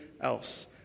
else